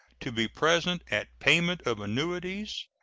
to be present at payment of annuities,